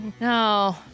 No